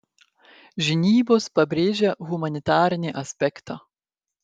žinybos pabrėžia humanitarinį aspektą